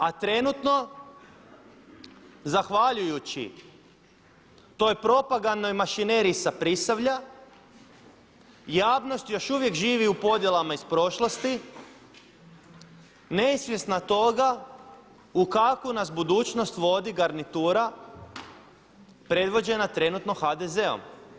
A trenutno zahvaljujući toj propagandnoj mašineriji sa Prisavlja javnost još uvijek živi u podjelama iz prošlosti, nesvjesna toga u kakvu nas budućnost vodi garnitura predvođena trenutno HDZ-om.